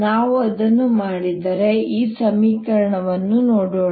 ನಾವು ಅದನ್ನು ಮಾಡಿದರೆ ಈ ಸಮೀಕರಣವನ್ನು ನೋಡೋಣ